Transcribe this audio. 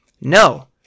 No